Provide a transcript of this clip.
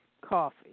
coffee